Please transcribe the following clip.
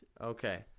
Okay